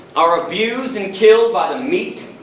are abused and killed by the meat,